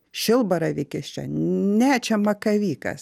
šilbaravykis čia ne čia makavykas